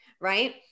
right